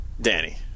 Danny